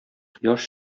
кояш